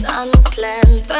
unplanned